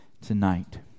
tonight